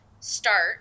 start